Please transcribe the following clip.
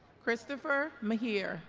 christopher mihiar